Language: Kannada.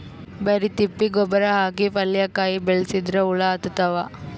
ಬರಿ ತಿಪ್ಪಿ ಗೊಬ್ಬರ ಹಾಕಿ ಪಲ್ಯಾಕಾಯಿ ಬೆಳಸಿದ್ರ ಹುಳ ಹತ್ತತಾವ?